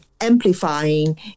Amplifying